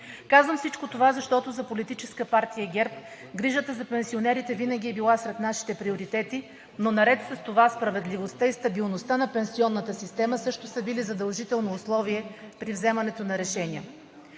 Казвам всичко това, защото за Политическа партия ГЕРБ грижата за пенсионерите винаги е била сред нашите приоритети, но наред с това справедливостта и стабилността на пенсионната система също са били задължително условие при вземането на решения.